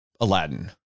Aladdin